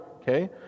Okay